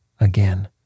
again